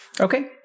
Okay